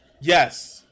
yes